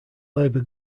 labor